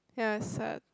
ya it's sad